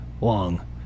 long